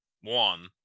one